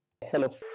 Hello